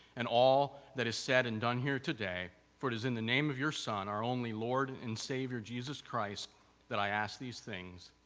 and all that is said and done here today, for it is in the name of your son our only lord and and savior jesus christ that i ask these things.